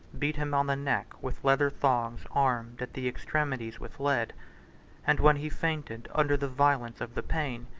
beat him on the neck with leather thongs armed at the extremities with lead and when he fainted under the violence of the pain,